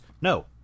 No